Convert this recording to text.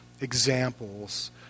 examples